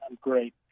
great